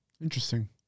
Interesting